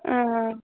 ᱦᱮᱸᱻᱻ